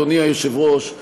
אדוני היושב-ראש,